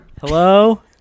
Hello